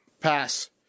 pass